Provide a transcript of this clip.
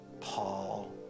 Paul